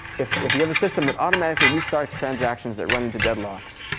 if if you have a system that automatically restarts transactions that run into deadlocks,